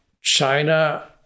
China